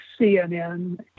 CNN